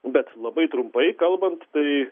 bet labai trumpai kalbant tai